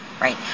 right